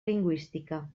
lingüística